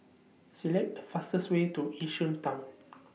Select The fastest Way to Yishun Town